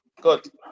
good